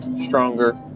stronger